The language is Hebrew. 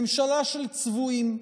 ממשלה של צבועים.